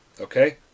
Okay